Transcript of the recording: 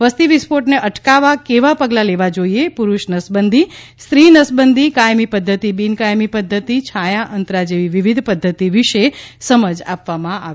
વસ્તી વિસ્ફોટને અટકાવવા કેવા પગલા લેવા જોઈએ પુરુષ નસબંધી સ્ત્રી નસબંધી કાયમી પદ્ધતિ બિન કાયમી પદ્ધતિ છાયા અંતરા જેવી વિવિધ પદ્ધતિ વિશે સમજ આપી હતી